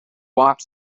walked